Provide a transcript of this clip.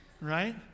Right